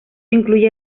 incluye